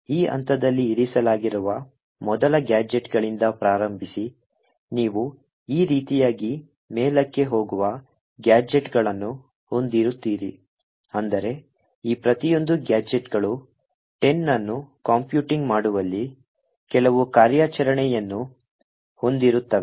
ಆದ್ದರಿಂದ ಈ ಹಂತದಲ್ಲಿ ಇರಿಸಲಾಗಿರುವ ಮೊದಲ ಗ್ಯಾಜೆಟ್ಗಳಿಂದ ಪ್ರಾರಂಭಿಸಿ ನೀವು ಈ ರೀತಿಯಾಗಿ ಮೇಲಕ್ಕೆ ಹೋಗುವ ಗ್ಯಾಜೆಟ್ಗಳನ್ನು ಹೊಂದಿರುತ್ತೀರಿ ಅಂದರೆ ಈ ಪ್ರತಿಯೊಂದು ಗ್ಯಾಜೆಟ್ಗಳು 10 ಅನ್ನು ಕಂಪ್ಯೂಟಿಂಗ್ ಮಾಡುವಲ್ಲಿ ಕೆಲವು ಕಾರ್ಯಾಚರಣೆಯನ್ನು ಹೊಂದಿರುತ್ತವೆ